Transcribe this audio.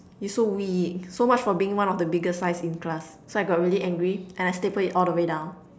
you so weak so much for being one of the biggest size in class so I got really angry and I stapled it all the way down